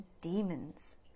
demons